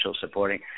supporting